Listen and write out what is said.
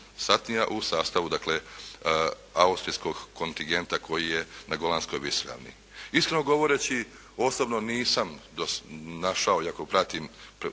u sastavu dakle austrijskog kontingenta koji je na Golanskoj visoravni. Iskreno govoreći osobno nisam našao, iako pratim